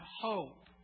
hope